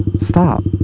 stop.